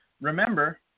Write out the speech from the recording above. remember